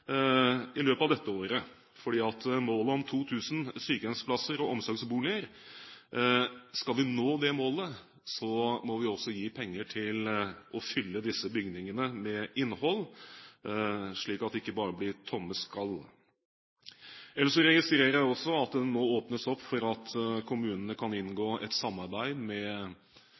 i løpet av dette året, for skal vi nå målet om 2 000 sykehjemsplasser og omsorgsboliger, må vi også gi penger til å fylle disse bygningene med innhold, slik at det ikke bare blir tomme skall. Ellers registrerer jeg at det må åpnes opp for at kommunene kan inngå et samarbeid med